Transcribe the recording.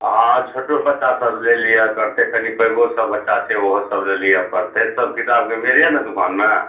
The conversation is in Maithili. हाँ छोटो बच्चा सब लेल लियै पड़तै कनि पैघो सब बच्चा छै ओहो सब लऽ लियै पड़तै सब किताबके मेल यऽ ने दुकानमे